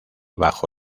bajo